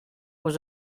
was